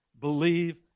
believe